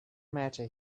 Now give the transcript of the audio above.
matter